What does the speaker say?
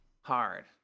hard